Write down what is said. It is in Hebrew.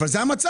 אבל זה המצב.